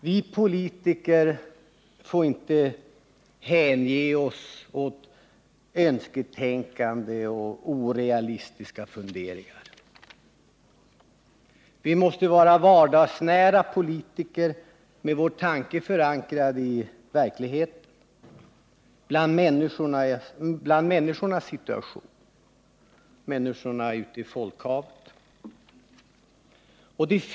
Vi politiker får inte hänge oss åt önsketänkande och orealistiska funderingar. Vi måste vara vardagsnära politiker med vår tanke förankrad i verkligheten, bland människorna ute i folkhavet.